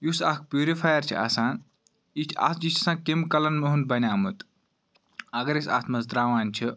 یُس اَکھ پیورِفایَر چھُ آسان یہِ چھ اَتھ یہِ چھ آسان کیٚمِکَلَن ہُنٛد بَنیوٚومُت اَگَر أسۍ اَتھ مَنٛز تراوان چھِ